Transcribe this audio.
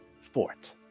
fort